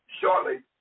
shortly